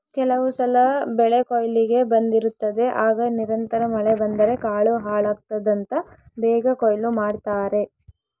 ಕೆಲವುಸಲ ಬೆಳೆಕೊಯ್ಲಿಗೆ ಬಂದಿರುತ್ತದೆ ಆಗ ನಿರಂತರ ಮಳೆ ಬಂದರೆ ಕಾಳು ಹಾಳಾಗ್ತದಂತ ಬೇಗ ಕೊಯ್ಲು ಮಾಡ್ತಾರೆ